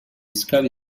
scavi